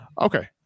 Okay